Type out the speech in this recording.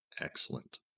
Excellent